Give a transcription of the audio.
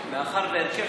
אחד.